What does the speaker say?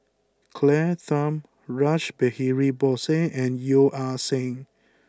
Claire Tham Rash Behari Bose and Yeo Ah Seng